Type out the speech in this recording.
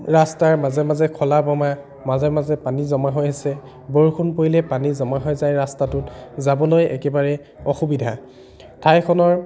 ৰাস্তাৰ মাজে মাজে খলা বমা মাজে মাজে পানী জমা হৈ আছে বৰষুণ পৰিলেই পানী জমা হৈ যায় ৰাস্তাটোত যাবলৈ একেবাৰে অসুবিধা ঠাইখনৰ